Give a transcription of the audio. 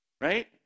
Right